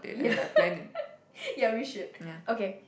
yeah yeah we should okay